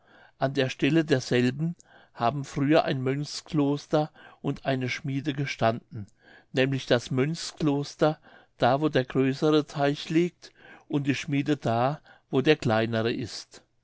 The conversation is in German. an der stelle derselben haben früher ein mönchskloster und eine schmiede gestanden nämlich das mönchskloster da wo der größere teich liegt und die schmiede da wo der kleinere ist